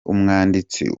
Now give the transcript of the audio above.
umwanditsi